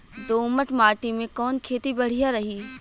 दोमट माटी में कवन खेती बढ़िया रही?